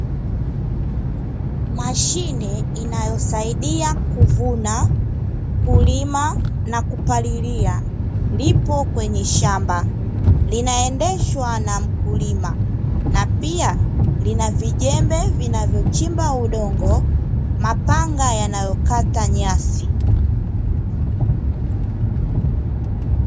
Mashine inayosaidia kuvuna, kulima na kupalilia lipo kwenye shamba linaendeshwa na mkulima na pia lina vijembe vinavyo chimba udongo, mapanga yanayokata nyasi.